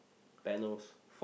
panels